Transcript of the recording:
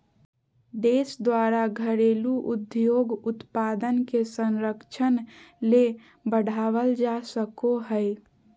देश द्वारा घरेलू उद्योग उत्पाद के संरक्षण ले बढ़ावल जा सको हइ